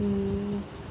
use